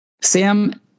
Sam